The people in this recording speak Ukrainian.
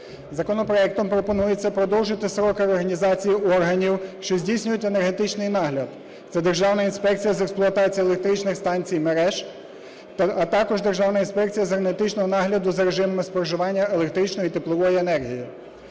Законопроектом пропонується продовжити строки реорганізації органів, що здійснюють енергетичний нагляд. Це Державна інспекція з експлуатації електричних станцій, мереж, а також Державна інспекція з енергетичного нагляду за режимами споживання електричної, теплової енергії.